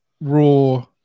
Raw